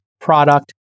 product